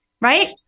Right